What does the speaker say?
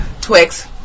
Twix